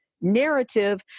narrative